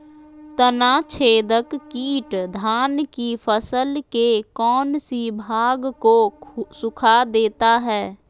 तनाछदेक किट धान की फसल के कौन सी भाग को सुखा देता है?